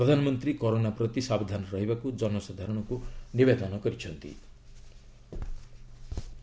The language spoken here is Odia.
ପ୍ରଧାନମନ୍ତ୍ରୀ କରୋନା ପ୍ରତି ସାବଧାନ ରହିବାକ୍ତ ଜନସାଧାରଣଙ୍କ ନିବେଦନ କରିଚ୍ଛନ୍ତି